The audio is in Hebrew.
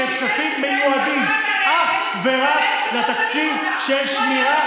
הם כספים שמיועדים אך ורק לתקציב של שמירה,